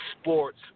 sports